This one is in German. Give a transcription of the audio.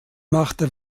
machte